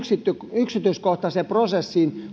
yksityiskohtaiseen prosessiin